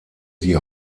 die